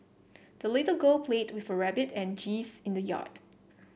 the little girl played with her rabbit and geese in the yard